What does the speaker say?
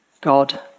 God